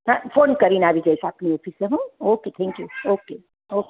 હા ફોન કરીને આવી જઈશ હા આપની ઓફિસે હો okay thank you okay okay